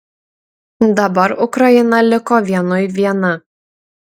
dabar ukraina liko vienui viena